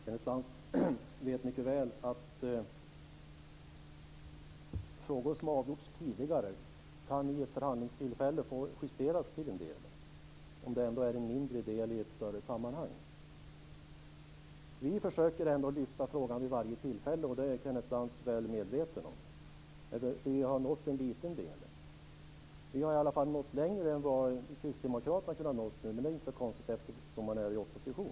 Fru talman! Kenneth Lantz vet mycket väl att frågor som har avgjorts tidigare kan vid ett förhandlingstillfälle få justeras till en del om det är en mindre del i ett större sammanhang. Vi försöker ändå lyfta frågan vid varje tillfälle. Det är Kenneth Lantz väl medveten om, eftersom vi har nått en liten del. Vi har i varje fall nått längre än vad kristdemokraterna har kunnat nå, men det är i och för sig inte så konstigt eftersom de är i opposition.